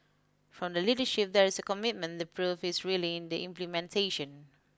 from the leadership there is a commitment the proof is really in the implementation